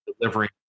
delivering